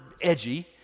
edgy